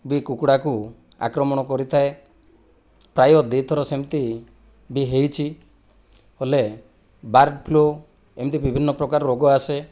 ବି କୁକୁଡ଼ାକୁ ଆକ୍ରମଣ କରିଥାଏ ପ୍ରାୟ ଦୁଇ ଥର ସେମତି ବି ହୋଇଛି ହେଲେ ବାର୍ଡ଼ ଫ୍ଲୁ ଏମିତି ବିଭିନ୍ନ ପ୍ରକାର ରୋଗ ଆସେ